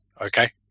Okay